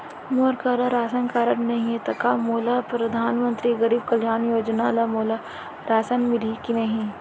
मोर करा ration card नहीं है त का मोल परधानमंतरी गरीब कल्याण योजना ल मोला राशन मिलही कि नहीं?